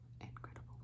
incredible